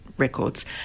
records